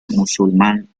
musulmán